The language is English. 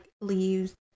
leaves